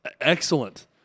excellent